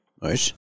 Nice